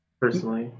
personally